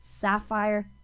Sapphire